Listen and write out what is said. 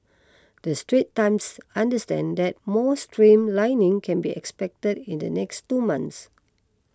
the Straits Times understands that more streamlining can be expected in the next two months